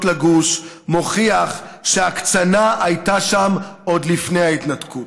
לגוש מוכיח שההקצנה הייתה שם עוד לפני ההתנתקות.